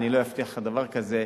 אני לא אבטיח לך דבר כזה,